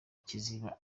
kiziba